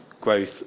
growth